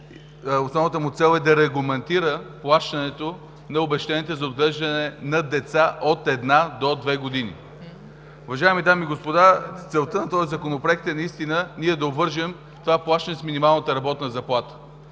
основна цел е да регламентира плащането на обезщетението за отглеждане на деца от една до две години. Уважаеми дами и господа, целта на този Законопроект е да обвържем това плащане с минималната работна заплата.